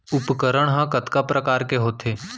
उपकरण हा कतका प्रकार के होथे?